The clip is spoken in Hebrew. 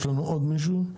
יש לנו עוד מישהו.